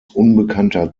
unbekannter